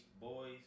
boys